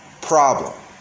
problem